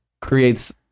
creates